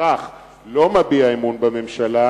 ובכך לא מביע אמון בממשלה,